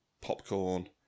popcorn